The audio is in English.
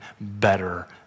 better